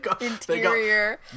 interior